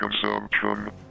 consumption